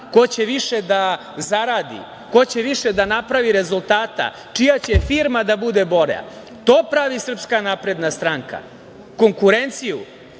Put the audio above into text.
ko će više da zaradi, ko će više da napravi rezultata, čija će firma da bude bolja. To pravi SNS, konkurenciju